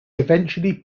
eventually